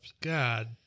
God